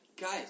Guys